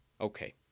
Okay